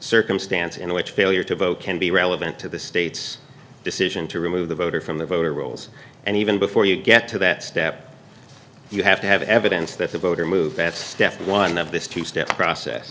circumstance in which failure to vote can be relevant to the state's decision to remove the voter from the voter rolls and even before you get to that step you have to have evidence that the voter moved at step one of this two step process